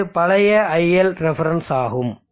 இது பழைய iLref ஆகும்